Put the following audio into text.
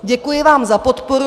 Děkuji vám za podporu.